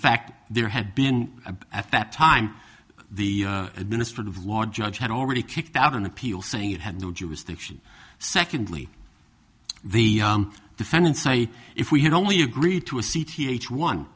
fact there had been a at that time the administrative law judge had already kicked out an appeal saying it had no jurisdiction secondly the defendants say if we had only agreed to a c t h one